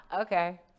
Okay